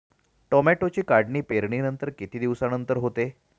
टोमॅटोची काढणी पेरणीनंतर किती दिवसांनंतर होते?